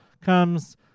comes